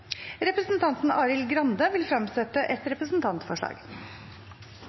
Representanten Arild Grande vil fremsette et representantforslag.